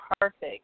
perfect